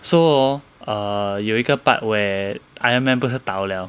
so hor err 有一个 part where ironman 不是倒了